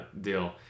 deal